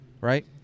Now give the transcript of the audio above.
Right